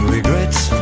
Regrets